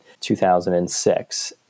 2006